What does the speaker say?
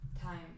time